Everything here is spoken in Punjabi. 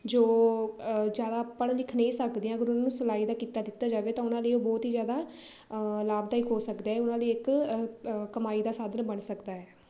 ਜੋ ਜ਼ਿਆਦਾ ਪੜ੍ਹ ਲਿਖ ਨਹੀਂ ਸਕਦੀਆਂ ਅਗਰ ਉਹਨਾਂ ਨੂੰ ਸਿਲਾਈ ਦਾ ਕਿੱਤਾ ਦਿੱਤਾ ਜਾਵੇ ਤਾਂ ਉਹਨਾਂ ਲਈ ਉਹ ਬਹੁਤ ਹੀ ਜ਼ਿਆਦਾ ਲਾਭਦਾਇਕ ਹੋ ਸਕਦਾ ਹੈ ਉਹਨਾਂ ਲਈ ਇੱਕ ਕਮਾਈ ਦਾ ਸਾਧਨ ਬਣ ਸਕਦਾ ਹੈ